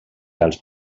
als